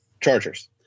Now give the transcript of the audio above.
Chargers